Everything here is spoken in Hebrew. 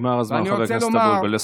נגמר הזמן, חבר הכנסת אבוטבול.